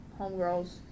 Homegirls